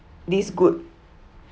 this good